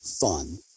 fun